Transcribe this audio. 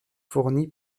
fournis